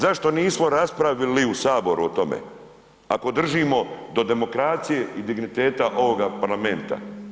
Zašto nismo raspravili u saboru o tome ako držimo do demokracije i digniteta ovoga parlamenta?